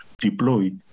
deploy